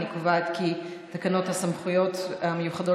אני קובעת כי תקנות סמכויות מיוחדות